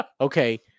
okay